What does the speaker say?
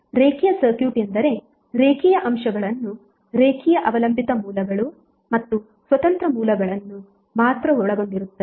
ರೇಖೀಯ ಸರ್ಕ್ಯೂಟ್ ಎಂದರೆ ರೇಖೀಯ ಅಂಶಗಳನ್ನು ರೇಖೀಯ ಅವಲಂಬಿತ ಮೂಲಗಳು ಮತ್ತು ಸ್ವತಂತ್ರ ಮೂಲಗಳನ್ನು ಮಾತ್ರ ಒಳಗೊಂಡಿರುತ್ತದೆ